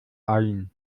ain